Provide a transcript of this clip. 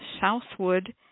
Southwood